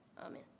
Amen